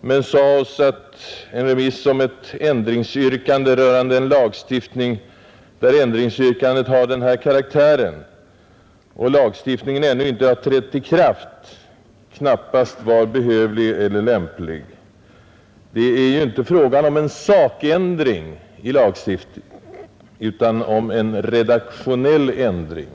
men sade oss att en remiss av ett ändringsyrkande rörande en lagstiftning, när det har den här karaktären och lagstiftningen ännu inte har trätt i kraft, knappast kunde anses behövlig eller lämplig. Det är ju inte fråga om en sakändring i lagstiftningen utan om en redaktionell ändring.